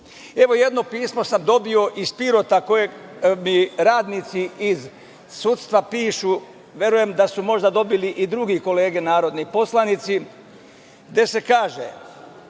jedno pismo sam dobio iz Pirota koje mi radnici iz sudstva pišu. Verujem da su možda dobili i druge kolege narodni poslanici gde se kaže